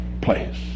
place